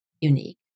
unique